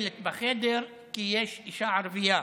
מטופלת בחדר כי יש אישה ערבייה,